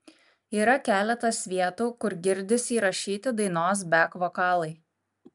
yra keletas vietų kur girdisi įrašyti dainos bek vokalai